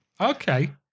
Okay